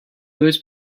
those